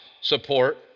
support